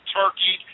turkey